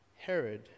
Herod